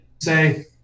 say